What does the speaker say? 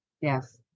Yes